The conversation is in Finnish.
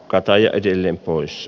gatajevitillen pois